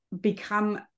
become